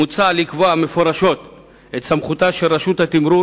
מוצע לקבוע מפורשות את סמכותה של רשות התמרור